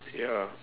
ya